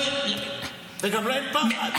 וגם אין פחד.